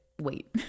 wait